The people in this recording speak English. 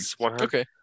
Okay